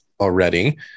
already